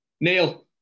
Neil